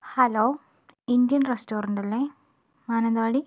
hello Indian restaurant അല്ലേ മാനന്തവാടി